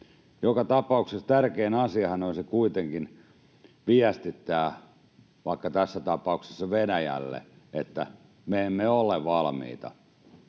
Joka tapauksessa tärkein asiahan on kuitenkin viestittää — vaikka tässä tapauksessa Venäjälle — että me emme ole valmiita